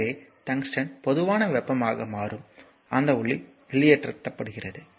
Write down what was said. எனவே டங்ஸ்டன் போதுமான வெப்பமாக மாறும் அந்த ஒளி வெளியேற்றப்படுகிறது